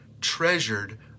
treasured